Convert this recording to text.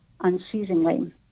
unceasingly